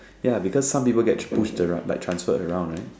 ya because some people get pushed like transferred around right